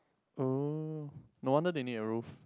oh no wonder they need a roof